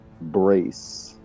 brace